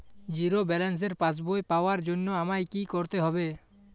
Zero ব্যালেন্সের পাসবই পাওয়ার জন্য আমায় কী করতে হবে?